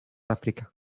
àfrica